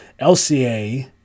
lca